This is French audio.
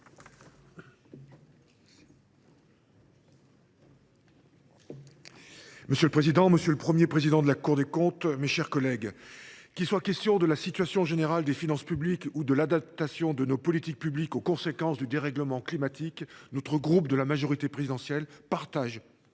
Monsieur le président, monsieur le Premier président de la Cour des comptes, mes chers collègues, qu’il soit question de la situation générale des finances publiques ou de l’adaptation de nos politiques publiques aux conséquences du dérèglement climatique, notre groupe de la majorité présidentielle partage